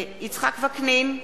איננה משתתפת בהצבעה יצחק וקנין,